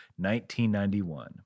1991